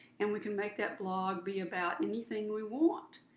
and we can make that blog be about anything we want.